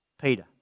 Peter